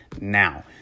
now